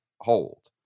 hold